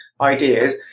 ideas